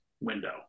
window